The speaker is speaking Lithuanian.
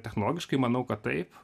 technologiškai manau kad taip